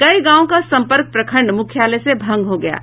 कई गांवों का संपर्क प्रखण्ड मुख्यालय से भंग हो गया है